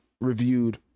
reviewed